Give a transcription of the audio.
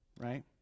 right